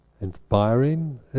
inspiring